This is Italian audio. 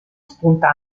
spunta